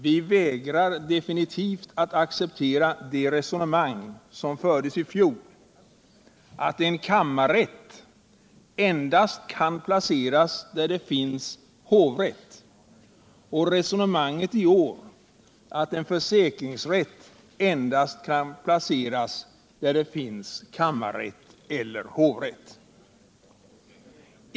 Vi vägrar definitivt att acceptera det resonemang som fördes i fjol, att en kammarrätt kan placeras endast där det finns hovrätt, och resonemanget i år, att en försäkringsrätt kan placeras endast där det finns kammarrätt eller hovrätt.